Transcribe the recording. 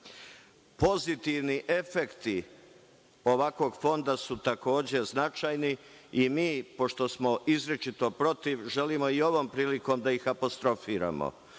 grupe. Pozitivni efekti ovakvog fonda su takođe značajni i mi, pošto smo izričito protiv, želimo i ovom prilikom da ih apostrofiramo.